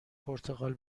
پرتغال